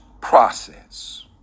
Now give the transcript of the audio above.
process